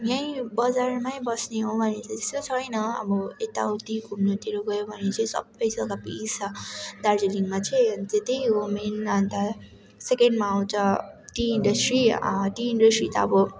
यहीँ बजारमै बस्ने हो भने त त्यस्तो छैन अब यता उत्ति घुम्नतिर गयो भने चाहिँ सबै जग्गा पिस छ दार्जिलिङमा चाहिँ त्यही हो मेन अन्त सेकेन्डमा आउँछ टी इन्डस्ट्री टी इन्डस्ट्री त अब